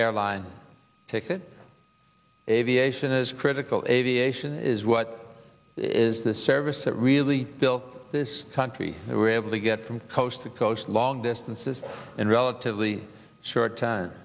airline ticket aviation is critical aviation is what is the service that really built this country were able to get from coast to coast long distances in relatively short time